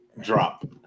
drop